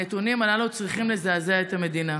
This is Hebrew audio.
הנתונים הללו צריכים לזעזע את המדינה.